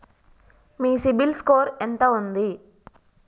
మీ CIBIL score ఎంత ఉంది?